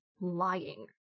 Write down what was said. lying